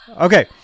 Okay